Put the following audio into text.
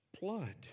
blood